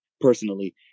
personally